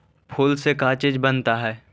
फूल से का चीज बनता है?